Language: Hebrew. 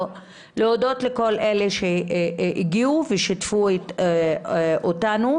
להודות לכל אלה שהגיעו ושיתפו אותנו.